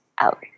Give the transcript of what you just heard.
out